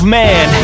man